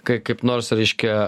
kai kaip nors reiškia